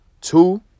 two